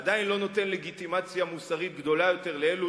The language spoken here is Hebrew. עדיין לא נותן לגיטימציה מוסרית גדולה יותר לאלה